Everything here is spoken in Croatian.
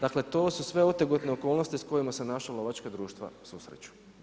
Dakle, to su sve otegotne okolnosti sa kojima se naša lovačka društva susreću.